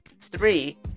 Three